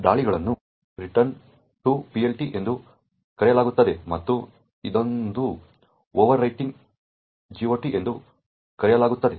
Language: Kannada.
ದಾಳಿಗಳನ್ನು ರಿಟರ್ನ್ ಟು PLT ಎಂದು ಕರೆಯಲಾಗುತ್ತದೆ ಮತ್ತು ಇನ್ನೊಂದನ್ನು ಓವರ್ರೈಟಿಂಗ್ ದಿ GOT ಎಂದು ಕರೆಯಲಾಗುತ್ತದೆ